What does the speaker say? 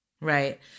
Right